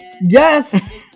Yes